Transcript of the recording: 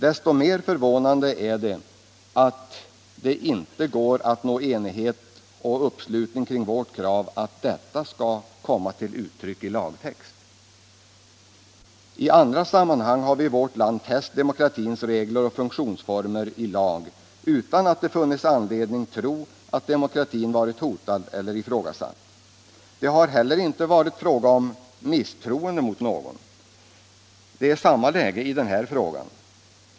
Desto mer förvånande är det att det inte går att nå enig uppslutning kring vårt krav att detta skall komma till uttryck i lagtext. I andra sammanhang har vi i vårt land fäst demokratins regler och funktionsformer i lag, utan att det funnits anledning tro att demokratin varit hotad eller ifrågasatt. Det har heller inte varit fråga om misstroende mot någon. Det är samma läge i denna fråga.